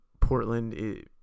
Portland